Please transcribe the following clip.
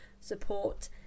support